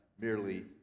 merely